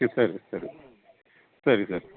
ಹ್ಞೂ ಸರಿ ಸರಿ ಸರಿ ಸರಿ